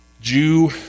Jew